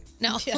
No